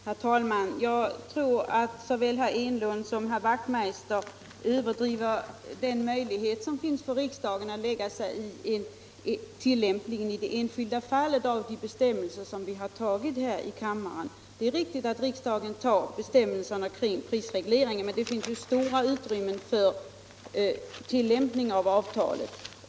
Herr talman! Jag tror att såväl herr Enlund som herr Wachtmeister i Johannishus överdriver den möjlighet som finns för riksdagen att lägga sig i tillämpningen i det enskilda fallet av de bestämmelser vi har antagit här i kammaren. Det är riktigt att riksdagen antar bestämmelserna kring prisregleringen, men det finns stora utrymmen för olika tolkningar av avtalet.